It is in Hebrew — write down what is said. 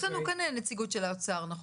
יש פה נציגים של משרדי ממשלה ונשמע